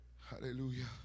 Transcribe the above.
hallelujah